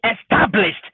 established